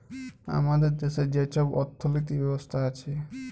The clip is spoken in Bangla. আমাদের দ্যাশে যে ছব অথ্থলিতি ব্যবস্থা আছে